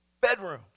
Bedrooms